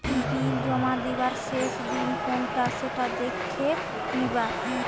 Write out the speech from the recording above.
বিল জমা দিবার শেষ দিন কোনটা সেটা দেখে নিবা